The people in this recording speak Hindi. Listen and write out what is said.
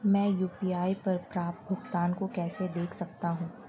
मैं यू.पी.आई पर प्राप्त भुगतान को कैसे देख सकता हूं?